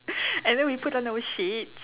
and then we put on our shades